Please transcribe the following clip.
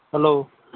hello